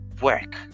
work